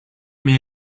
mais